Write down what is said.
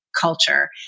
Culture